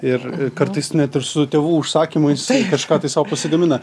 ir kartais net ir su tėvų užsakymu jisai kažką tai sau pasigamina